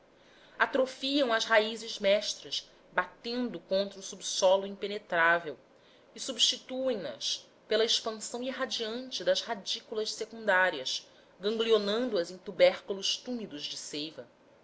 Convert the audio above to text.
atrofiam as raízes mestras batendo contra o subsolo impenetrável e substituem nas pela expansão irradiante das radículas secundárias ganglionando as em tubérculos túmidos de seiva